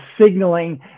signaling